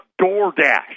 DoorDash